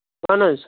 اَہن حظ